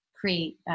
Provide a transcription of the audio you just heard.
create